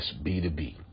B2B